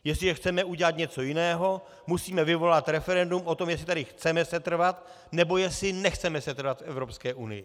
Jestliže chceme udělat něco jiného, musíme vyvolat referendum o tom, jestli tady chceme setrvat, nebo jestli nechceme setrvat v Evropské unii.